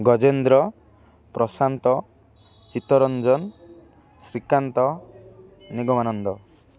Gajendra Prashant Chittaranjan Srikant Nigamananda